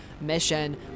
mission